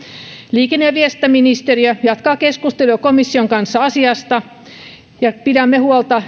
liikenne ja viestintäministeriö jatkaa keskusteluja komission kanssa asiasta ja pidämme huolta